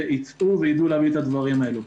ייצאו וידעו להביא את הדברים האלה.